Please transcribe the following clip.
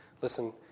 Listen